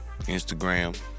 Instagram